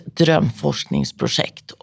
drömforskningsprojekt